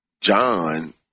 John